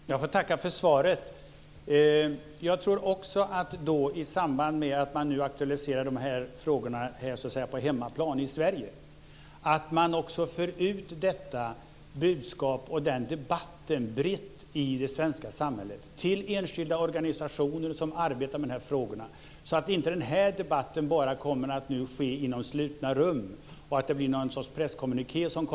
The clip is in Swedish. Fru talman! Jag vill tacka för svaret. Jag tror att man, i samband med att man nu aktualiserar de här frågorna på hemmaplan i Sverige, också måste föra ut detta budskap och denna debatt brett i det svenska samhället till enskilda organisationer som arbetar med de här frågorna. Det får inte bli så att den här debatten bara förs i slutna rum och att det sedan kommer ut någon sorts presskommuniké.